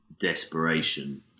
desperation